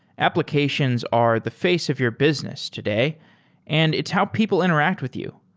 applications are the face of your business today and it's how people interact with you.